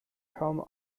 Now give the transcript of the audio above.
kaum